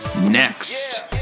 next